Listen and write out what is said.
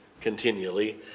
continually